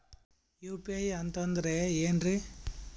UPI ಅಂತಂದ್ರೆ ಏನ್ರೀ?